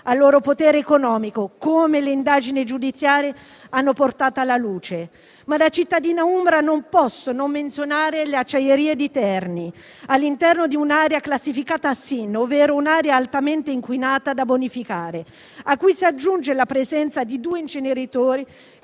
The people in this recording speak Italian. al loro potere economico, come le indagini giudiziarie hanno portato alla luce. Da cittadina umbra non posso non menzionare le acciaierie di Terni, all'interno di un'area classificata come sito di interesse nazionale (SIN), ovvero altamente inquinata e da bonificare, a cui si aggiunge la presenza di due inceneritori,